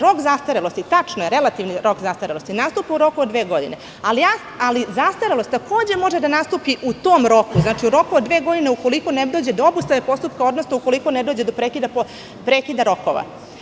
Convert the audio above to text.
Rok zastarelosti, tačno je, relativni rok zastarelosti nastupa u roku od dve godine, ali zastarelost takođe može da nastupi u tom roku, u roku od dve godine, ukoliko ne dođe do obustave postupka, odnosno ukoliko ne dođe do prekida rokova.